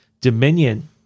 dominion